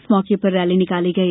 इस मौके पर रैली निकाली गई